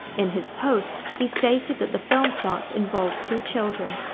in his post, he stated that the film plot involved two children,